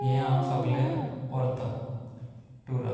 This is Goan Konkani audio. हें हांव सोगलें व्हरतां टुराक